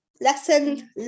Lesson